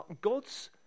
God's